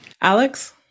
Alex